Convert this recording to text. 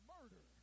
Murder